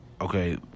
okay